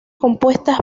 compuestas